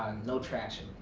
no traction.